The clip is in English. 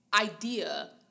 idea